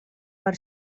per